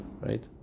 right